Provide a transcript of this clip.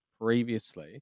Previously